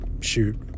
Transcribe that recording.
shoot